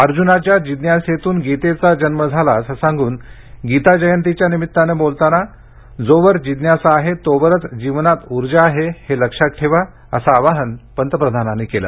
अर्जुनाच्या जिज्ञासेतून गीतेचा जन्म झाला असं सांगून गीता जयंतीच्या निमित्तानं बोलताना जोवर जिज्ञासा आहे तोवरच जीवनात ऊर्जा आहे हे लक्षात ठेवा असं आवाहन पंतप्रधानांनी केल